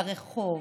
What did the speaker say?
ברחוב,